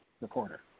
recorder